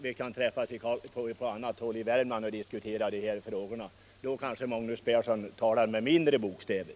Vi kan träffas i Värmland och diskutera de här frågorna — då kanske herr Persson talar med mindre bokstäver.